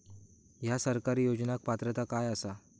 हया सरकारी योजनाक पात्रता काय आसा?